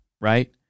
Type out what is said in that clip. right